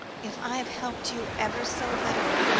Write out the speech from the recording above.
if i have helped you ever so little.